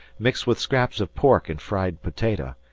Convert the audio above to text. mixed with scraps of pork and fried potato,